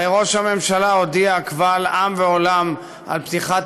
ראש הממשלה הודיע קבל עם ועולם על פתיחת